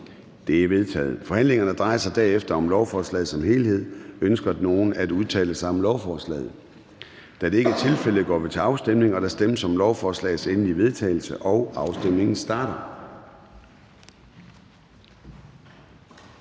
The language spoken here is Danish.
(Søren Gade): Forhandlingen drejer sig derefter om lovforslaget som helhed. Ønsker nogen at udtale sig om lovforslaget? Da det ikke er tilfældet, går vi til afstemning. Kl. 10:11 Afstemning Formanden (Søren Gade): Der stemmes om lovforslagets endelige vedtagelse. Afstemningen starter.